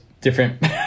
different